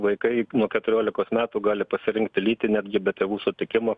vaikai nuo keturiolikos metų gali pasirinkti lytį netgi be tėvų sutikimo